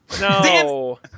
No